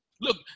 Look